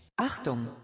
Achtung